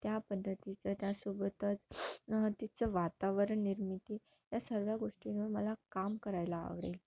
त्या पद्धतीचं त्यासोबतच तिचं वातावरण निर्मिती या सर्व गोष्टींवर मला काम करायला आवडेल